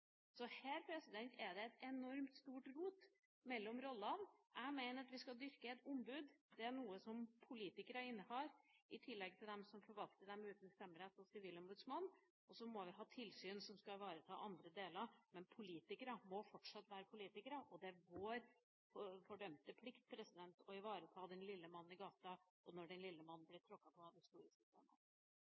er det et enormt stort rot når det gjelder rollene. Jeg mener vi skal dyrke ombudsrollen, det er noe som politikere innehar, i tillegg til dem som forvalter den uten stemmerett, og sivilombudsmannen. Så må vi ha tilsyn som skal ivareta andre deler. Men politikere må fortsatt være politikere, og det er vår fordømte plikt å ivareta mannen i gata når han blir tråkket på